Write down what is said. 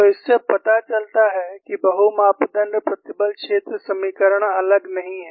तो इससे पता चलता है कि बहु मापदण्ड प्रतिबल क्षेत्र समीकरण अलग नहीं हैं